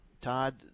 Todd